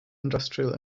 industrial